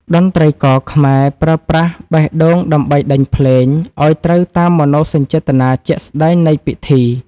តន្ត្រីករខ្មែរប្រើប្រាស់បេះដូងដើម្បីដេញភ្លេង ឱ្យត្រូវតាមមនោសញ្ចេតនាជាក់ស្ដែងនៃពិធី។